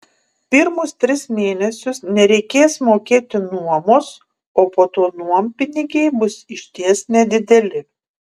pirmus tris mėnesius nereikės mokėti nuomos o po to nuompinigiai bus išties nedideli